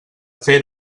fer